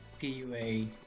PUA